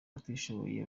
abatishoboye